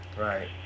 Right